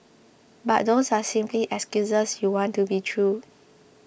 but those are simply excuses you want to be true